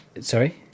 Sorry